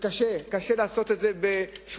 וקשה לעשות את זה בשבועיים,